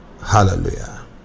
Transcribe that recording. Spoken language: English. Hallelujah